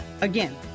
Again